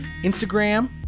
Instagram